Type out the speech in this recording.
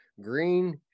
Green